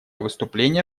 выступление